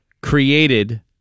Created